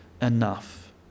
enough